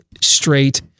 straight